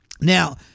Now